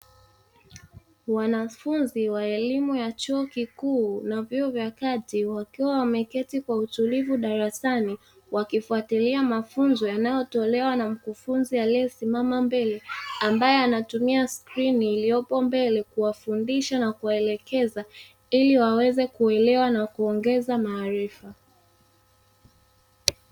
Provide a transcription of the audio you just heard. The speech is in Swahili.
Wanachuo wa elimu ya Chuo Kikuu na Vyuo vya Kati wakiwa wameketi kwa utulivu Dar es Salaam wakifuatilia mafunzo yanayotolewa na Mkuufunzi aliyesimama mbele, ambaye anatumia skrini iliyopo mbele kuwafundisha na kuwaelekeza ili waweze kuelewa na kuongeza maarifa.